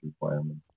requirements